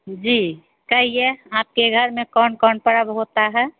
जी कहिए आपके घर में कौन कौन पर्व होता है